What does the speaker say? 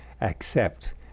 accept